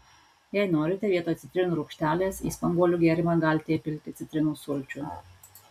jei norite vietoj citrinų rūgštelės į spanguolių gėrimą galite įpilti citrinų sulčių